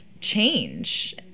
change